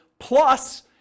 plus